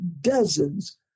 dozens